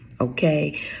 Okay